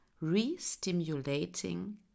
re-stimulating